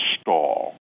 stall